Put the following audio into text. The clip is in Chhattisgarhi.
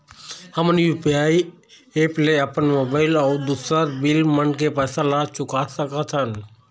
हमन यू.पी.आई एप ले अपन मोबाइल अऊ दूसर बिल मन के पैसा ला चुका सकथन